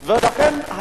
ולכן,